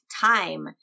time